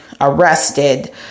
arrested